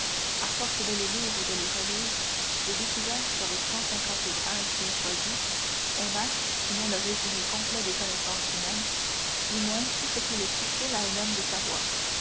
à force de les lire et de les relire j'ai découvert qu'avec cent cinquante ouvrages bien choisis on a sinon le résumé complet des connaissances humaines du moins tout ce qu'il est utile à un homme de savoir